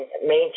maintain